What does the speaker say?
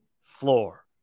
floor